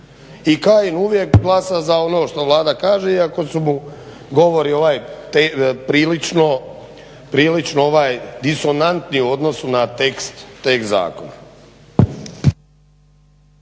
i Kajin uvijek glasa za ono što Vlada kaže iako su mu govori prilično disonantni u odnosu na tekst zakona.